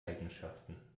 eigenschaften